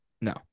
no